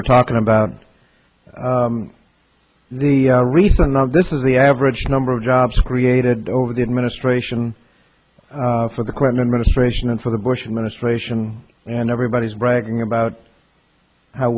we're talking about the recent of this is the average number of jobs created over the administration for the clinton administration and for the bush administration and everybody is bragging about how